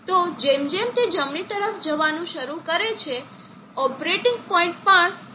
તો જેમ જેમ તે જમણી તરફ જવાનું શરૂ કરે છે ઓપરેટિંગ પોઇન્ટ પણ જમણી તરફ જવાનું શરૂ કરે છે